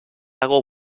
algo